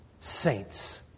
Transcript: saints